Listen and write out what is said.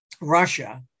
Russia